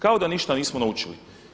Kao da ništa nismo naučili.